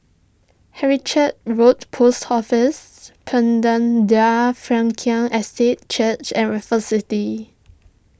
Road Post Office Frankel Estate Church and Raffles City